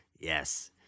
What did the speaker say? yes